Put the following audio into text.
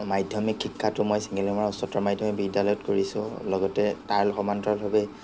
মাধ্যমিক শিক্ষাটো মই চেঙেলীমৰা উচ্চতৰ মাধ্যমিক বিদ্যালয়ত কৰিছোঁঁ লগতে তাৰ সমান্তৰালভাৱে